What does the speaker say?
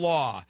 Law